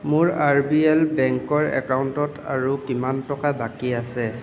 মোৰ R B L বেংকৰ একাউণ্টত আৰু কিমান টকা বাকী আছে